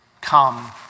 Come